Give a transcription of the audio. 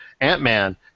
Ant-Man